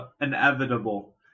inevitable